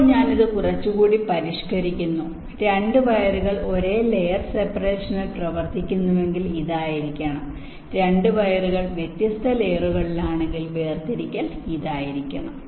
ഇപ്പോൾ ഞാൻ ഇത് കുറച്ചുകൂടി പരിഷ്കരിക്കുന്നു 2 വയറുകൾ ഒരേ ലെയർ സെപ്പറേഷനിൽ പ്രവർത്തിക്കുന്നുവെങ്കിൽ ഇതായിരിക്കണം 2 വയറുകൾ വ്യത്യസ്ത ലെയറുകളിലാണെങ്കിൽ വേർതിരിക്കൽ ഇതായിരിക്കണം